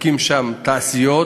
להקים שם תעשיות,